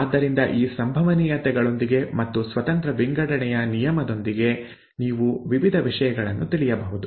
ಆದ್ದರಿಂದ ಈ ಸಂಭವನೀಯತೆಗಳೊಂದಿಗೆ ಮತ್ತು ಸ್ವತಂತ್ರ ವಿಂಗಡಣೆಯ ನಿಯಮದೊಂದಿಗೆ ನೀವು ವಿವಿಧ ವಿಷಯಗಳನ್ನು ತಿಳಿಯಬಹುದು